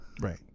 Right